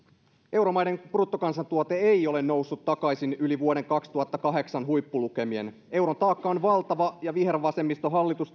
euromaiden bruttokansantuote ei ole noussut takaisin yli vuoden kaksituhattakahdeksan huippulukemien euron taakka on valtava ja vihervasemmistohallitus